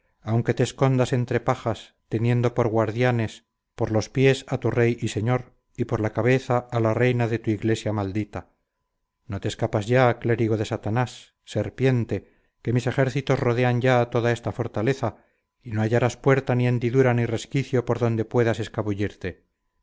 aunque te escondas entre pajas teniendo por guardianes por los pies a tu rey y señor y por la cabeza a la reina de tu iglesia maldita no te escapas ya clérigo de satanás serpiente que mis ejércitos rodean ya toda esta fortaleza y no hallarás puerta ni hendidura ni resquicio por donde puedas escabullirte